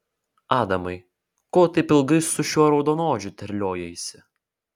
adamai ko taip ilgai su šiuo raudonodžiu terliojaisi